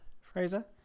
Fraser